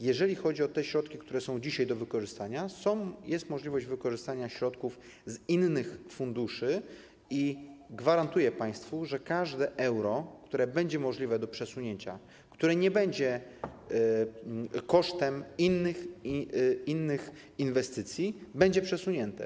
Jeżeli chodzi o te środki, które są dzisiaj do wykorzystania, jest możliwość wykorzystania ich z innych funduszy, to gwarantuję państwu, że każde euro, które będzie możliwe do przesunięcia, które nie będzie wydane kosztem innych inwestycji, będzie przesunięte.